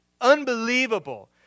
unbelievable